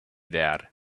there